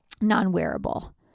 non-wearable